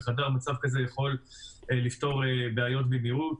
חדר מצב כזה יכול לפתור בעיות במהירות.